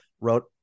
wrote